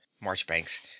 marchbanks